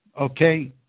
Okay